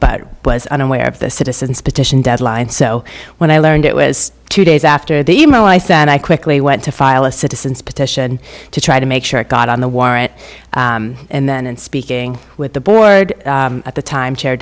i was unaware of the citizens petition deadline so when i learned it was two days after the email i sent i quickly went to file a citizen's petition to try to make sure it got on the warrant and then in speaking with the board at the time cha